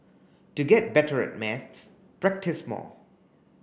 to get better at maths practise more